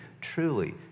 truly